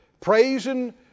Praising